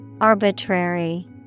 Arbitrary